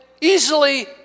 easily